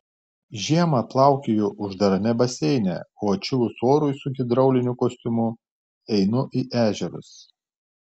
žiemą plaukioju uždarame baseine o atšilus orui su hidrauliniu kostiumu einu į ežerus